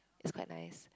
it's quite nice